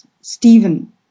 Stephen